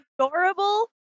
adorable